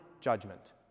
judgment